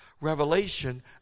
revelation